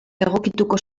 egokituko